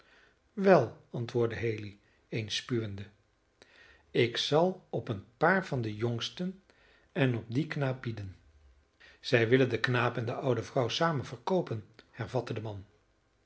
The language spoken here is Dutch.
wel antwoordde haley eens spuwende ik zal op een paar van de jongsten en op dien knaap bieden zij willen den knaap en de oude vrouw samen verkoopen hervatte de man